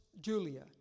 Julia